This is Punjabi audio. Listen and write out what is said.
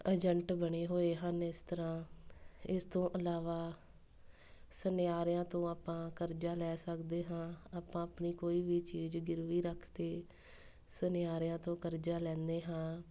ਏਜੰਟ ਬਣੇ ਹੋਏ ਹਨ ਇਸ ਤਰ੍ਹਾਂ ਇਸ ਤੋਂ ਇਲਾਵਾ ਸੁਨਿਆਰਿਆਂ ਤੋਂ ਆਪਾਂ ਕਰਜ਼ਾ ਲੈ ਸਕਦੇ ਹਾਂ ਆਪਾਂ ਆਪਣੀ ਕੋਈ ਵੀ ਚੀਜ਼ ਗਿਰਵੀ ਰੱਖ ਸ ਤੇ ਸੁਨਿਆਰਿਆਂ ਤੋਂ ਕਰਜ਼ਾ ਲੈਂਦੇ ਹਾਂ